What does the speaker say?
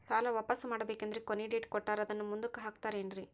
ಸಾಲ ವಾಪಾಸ್ಸು ಮಾಡಬೇಕಂದರೆ ಕೊನಿ ಡೇಟ್ ಕೊಟ್ಟಾರ ಅದನ್ನು ಮುಂದುಕ್ಕ ಹಾಕುತ್ತಾರೇನ್ರಿ?